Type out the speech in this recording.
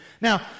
Now